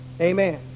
Amen